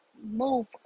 move